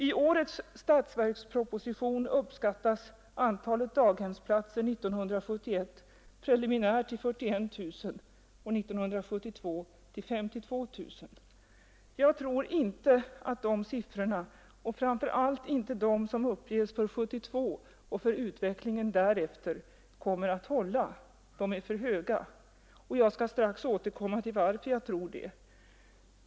I årets statsverksproposition uppskattas antalet daghemsplatser 1971 preliminärt till 41 000 och 1972 till 52 000. Jag tror inte att de siffrorna kommer att hålla, framför allt inte de som uppges för 1972 och för utveckligen därefter. De är för höga, och jag skall återkomma till varför jag tror det.